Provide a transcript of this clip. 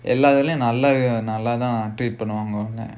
எல்லா இதுலயும் நல்ல நல்லாத்தான் பண்ணுவாங்க:ellaa idhulayum nalla nallaathaan pannuvaanga